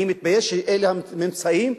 אני מתבייש שאלה הממצאים,